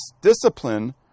discipline